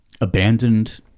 Abandoned